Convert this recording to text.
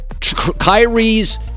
Kyrie's